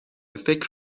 فکر